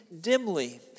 dimly